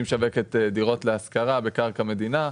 שמשווקת דירות להשכרה בקרקע מדינה.